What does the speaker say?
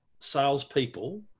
salespeople